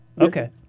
okay